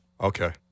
Okay